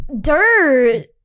dirt